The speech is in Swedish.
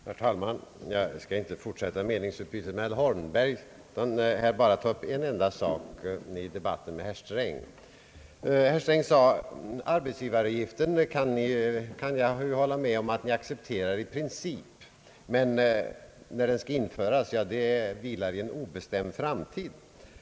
Herr talman! Jag skall inte fortsätta meningsutbytet med herr Holmberg utan bara ta upp en enda sak i debatten med herr Sträng. Herr Sträng sade, att han kunde hålla med om att vi accepterar arbetsgivaravgiften i princip, men dess införande vilar i en obestämd framtid.